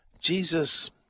Jesus